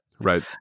Right